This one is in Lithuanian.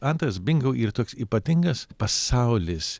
antras bingo ir toks ypatingas pasaulis